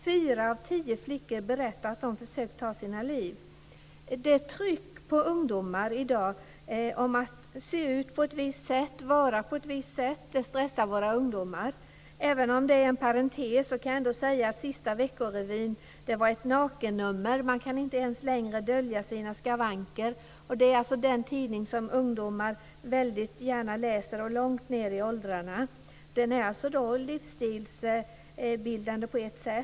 Fyra av tio flickor berättar att de försökt ta sina liv. Det tryck som finns på ungdomar i dag när det gäller att se ut på ett visst sätt och vara på ett visst sätt stressar våra ungdomar. Även om det är en parentes kan jag säga att senaste Vecko Revyn var ett nakennummer. Man kan inte ens längre dölja sina skavanker. Det är den tidning som ungdomar väldigt gärna läser, långt ned i åldrarna. Den är på ett sätt livsstilsbildande.